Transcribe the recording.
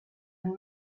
and